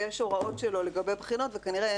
ויש הוראות שלו לגבי בחינות,